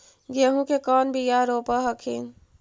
गेहूं के कौन बियाह रोप हखिन?